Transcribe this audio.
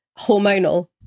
hormonal